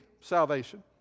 salvation